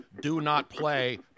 do-not-play